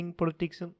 politics